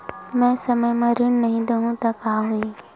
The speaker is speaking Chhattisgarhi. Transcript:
मैं समय म ऋण नहीं देहु त का होही